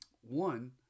one